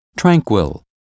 Tranquil